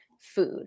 food